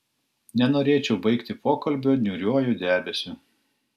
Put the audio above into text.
nenorėčiau baigti pokalbio niūriuoju debesiu